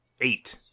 Eight